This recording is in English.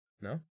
no